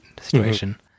situation